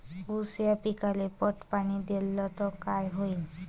ऊस या पिकाले पट पाणी देल्ल तर काय होईन?